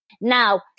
now